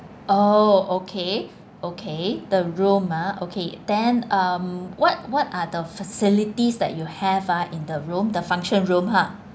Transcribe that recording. oh okay okay the room ah okay then um what what are the facilities that you have ah in the room the function room ha